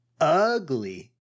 ugly